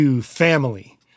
family